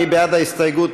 מי בעד ההסתייגות?